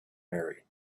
marry